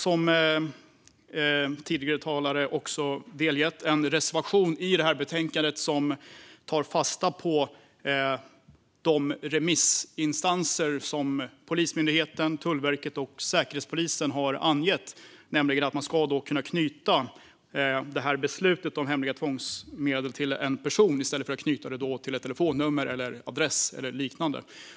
Som tidigare talare också tog upp finns i betänkandet en reservation som tar fasta på vad remissinstanser som Polismyndigheten, Tullverket och Säkerhetspolisen har angett. De vill att man ska kunna knyta beslutet om hemliga tvångsmedel till en person i stället för till ett telefonnummer, en adress eller liknande.